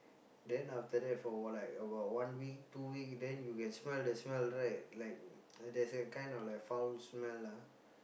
then after that for like about one week two week then you can smell the smell right like there's a kind of like foul smell ah